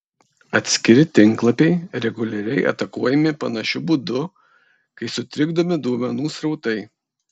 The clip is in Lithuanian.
atskiri tinklapiai reguliariai atakuojami panašiu būdu kai sutrikdomi duomenų srautai